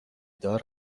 دار